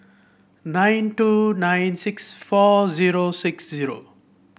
nine two nine six four zero six zero